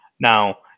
now